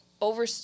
over